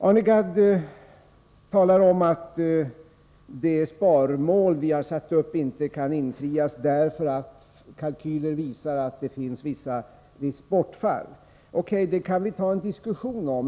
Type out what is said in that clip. Arne Gadd sade att det sparmål vi har satt upp inte kan infrias, därför att kalkyler visar att det finns ett visst bortfall. O. K., det kan vi ta en diskussion om.